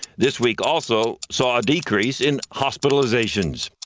this week also saw a decrease in hospitalizations.